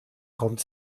kommt